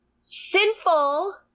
sinful